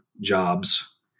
jobs